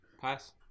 Pass